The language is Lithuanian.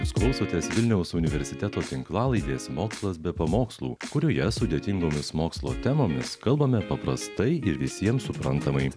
jūs klausotės vilniaus universiteto tinklalaidės mokslas be pamokslų kurioje sudėtingomis mokslo temomis kalbame paprastai ir visiems suprantamai